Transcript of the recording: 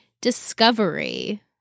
Discovery